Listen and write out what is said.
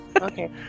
Okay